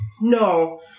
no